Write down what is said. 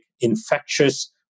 infectious